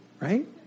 right